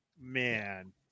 man